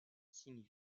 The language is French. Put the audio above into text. musulmane